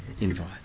Invite